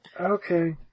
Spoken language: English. okay